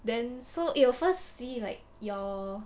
then so it will first see like your